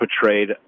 portrayed